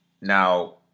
Now